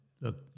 look